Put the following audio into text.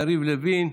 יריב לוין,